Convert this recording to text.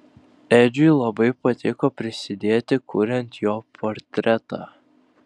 edžiui labai patiko prisidėti kuriant jo portretą